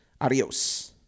Adios